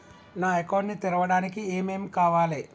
నా అకౌంట్ ని తెరవడానికి ఏం ఏం కావాలే?